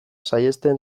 saihesten